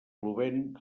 plovent